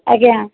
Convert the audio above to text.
ଆଜ୍ଞା